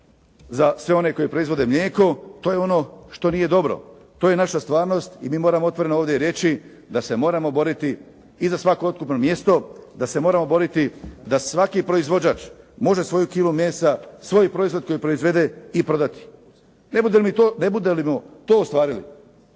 za sve one koji proizvode mlijeko. To je ono što nije dobro. To je naša stvarnost i mi moramo otvoreno ovdje reći da se moramo baviti i za svako otkupno mjesto, da se moramo boriti da svaki proizvođač može svoju kilu mesa, svoj proizvod koji proizvede i prodati. Ne budemo li to ostvarili,